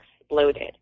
exploded